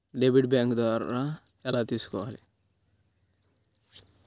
Debit bank ద్వారా ఎలా తీసుకోవాలి?